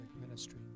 ministry